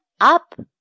up